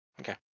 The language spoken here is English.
okay